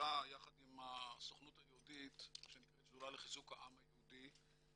שדולה יחד עם הסוכנות היהודית שנקראת השדולה לחיזוק העם היהודי,